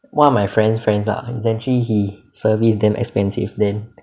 one of my friend's friends lah actually he service damn expensive then